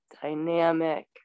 dynamic